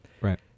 Right